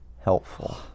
Helpful